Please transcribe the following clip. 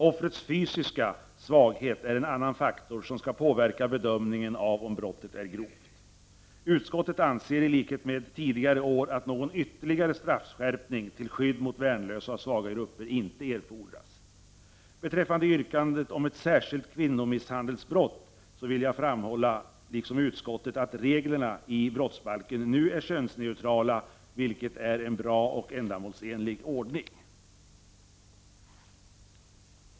Offrets fysiska svaghet är en annan faktor som skall påverka bedömningen av om brottet är grovt. Utskottet anser i likhet med tidigare år att någon ytterligare lagstiftning till skydd mot värnlösa och svaga grupper inte erfordras. Beträffande yrkandet om ett särskilt kvinnomisshandelsbrott vill jag framhålla, liksom utskottet, att reglerna i brottsbalken nu är könsneutrala, vilket är en bra och ändamålsenlig ordning.